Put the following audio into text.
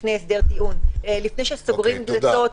לפני הסדר טיעון לפני שסוגרים דלתות,